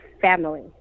family